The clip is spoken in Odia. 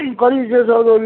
କରି ସେ ସହଯୋଗ